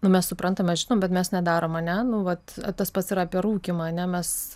nu mes suprantam mes žinom bet mes nedarom ar ne nu vat tas pats ir apie rūkymą ar ne mes